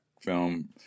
film